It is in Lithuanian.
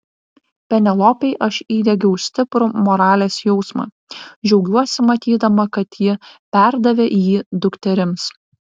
penelopei aš įdiegiau stiprų moralės jausmą džiaugiuosi matydama kad ji perdavė jį dukterims